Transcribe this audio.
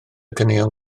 caneuon